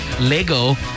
LEGO